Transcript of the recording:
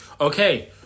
Okay